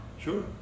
Sure